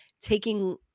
taking